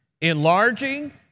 enlarging